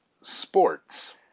Sports